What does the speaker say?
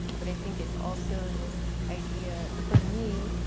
but i think it's also this idea for me,